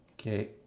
okay